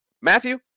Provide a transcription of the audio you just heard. matthew